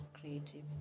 creative